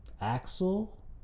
Axel